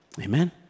Amen